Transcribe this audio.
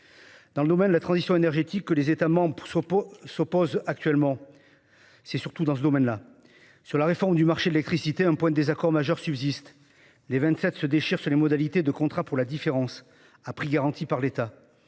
dans le domaine de la transition énergétique que les États membres s'opposent actuellement. En ce qui concerne la réforme du marché de l'électricité, un point de désaccord majeur subsiste. Les Vingt-Sept se déchirent sur les modalités des contrats pour la différence, à prix garanti par l'État.